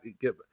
get